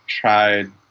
tried